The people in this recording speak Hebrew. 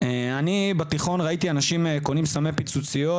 אני ראיתי בתיכון אנשים קונים סמי פיצוציות,